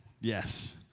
Yes